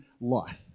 life